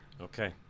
Okay